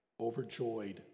overjoyed